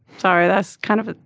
sorry. that's kind of.